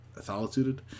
Solitude